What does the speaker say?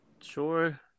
Sure